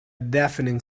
deafening